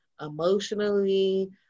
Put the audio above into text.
emotionally